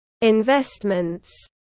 Investments